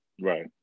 Right